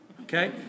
Okay